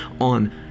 on